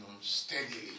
steadily